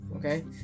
Okay